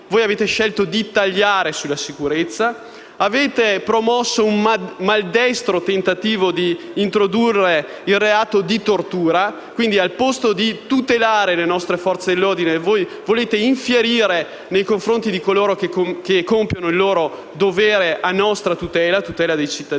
voi avete scelto di effettuare tagli sulla sicurezza. Avete poi promosso un maldestro tentativo di introdurre il reato di tortura, quindi, invece di tutelare le nostre Forze dell'ordine, volete infierire nei confronti di coloro che compiono il loro dovere a tutela dei cittadini,